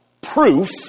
proof